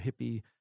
hippie